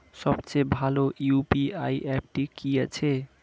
সবচেয়ে ভালো ইউ.পি.আই অ্যাপটি কি আছে?